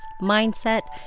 mindset